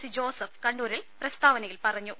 C Joseph കണ്ണൂരിൽ പ്രസ്താവനയിൽ പറഞ്ഞു